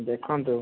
ଦେଖନ୍ତୁ